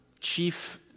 chief